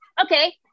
okay